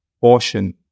portion